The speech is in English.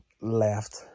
left